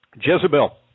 Jezebel